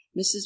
Mrs